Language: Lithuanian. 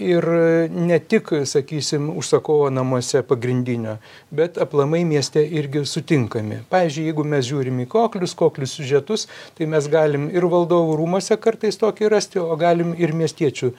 ir ne tik sakysim užsakovo namuose pagrindinio bet aplamai mieste irgi sutinkami pavyzdžiui jeigu mes žiūrim į koklius koklių siužetus tai mes galim ir valdovų rūmuose kartais tokį rasti o galim ir miestiečių